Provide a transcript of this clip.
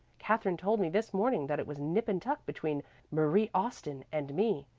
katherine told me this morning that it was nip and tuck between marie austin and me.